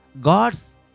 God's